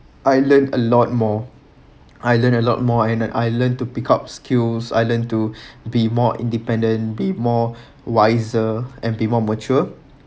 I learnt a lot more I learn a lot more and I learn to pick up skills I learn to be more independent be more wiser and be more mature